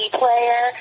player